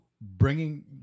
bringing